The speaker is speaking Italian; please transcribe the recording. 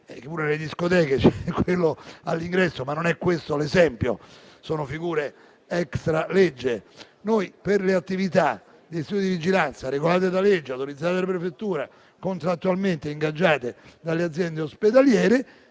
perché anche nelle discoteche c'è un addetto all'ingresso, ma non è questo l'esempio, si tratta di figure *extra* legge. Per le attività degli istituti di vigilanza regolate dalla legge, autorizzate dalla prefettura, contrattualmente ingaggiate dalle aziende ospedaliere,